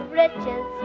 riches